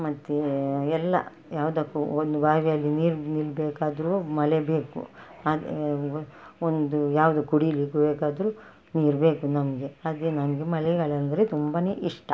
ಮತ್ತೆ ಎಲ್ಲ ಯಾವುದಕ್ಕೂ ಒಂದು ಬಾವಿಯಲ್ಲಿ ನೀರು ನಿಲ್ಲಬೇಕಾದ್ರೂ ಮಳೆ ಬೇಕು ಹಾಗೇ ಒಂದು ಯಾವುದು ಕುಡೀಲಿಕ್ಕೆ ಬೇಕಾದರೂ ನೀರು ಬೇಕು ನಮಗೆ ಅದೇ ನಮಗೆ ಮಳೆಗಾಲ ಅಂದರೆ ತುಂಬನೇ ಇಷ್ಟ